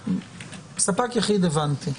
- ספק יחיד, הבנתי.